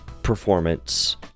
performance